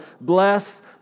Bless